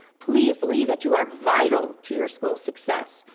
please believe that you are vital to your school success.